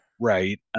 Right